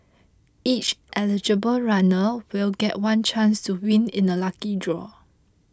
each eligible runner will get one chance to win in a lucky draw